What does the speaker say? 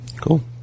Cool